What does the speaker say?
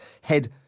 head